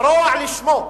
הרוע לשמו.